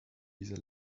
dieser